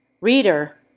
Reader